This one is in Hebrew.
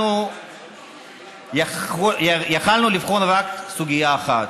אנחנו יכולנו לבחון רק סוגיה אחת: